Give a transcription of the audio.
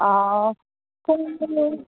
अह